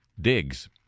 digs